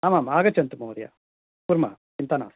आम् आम् आगच्छन्तु महोदय कुर्मः चिन्ता नास्ति